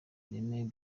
ireme